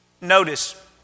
Notice